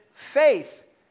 Faith